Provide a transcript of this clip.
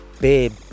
Babe